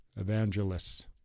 evangelists